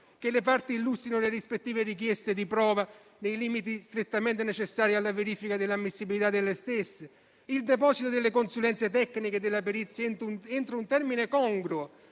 che le parti illustrino le rispettive richieste di prova nei limiti strettamente necessari alla verifica dell'ammissibilità delle stesse; il deposito delle consulenze tecniche e della perizia entro un termine congruo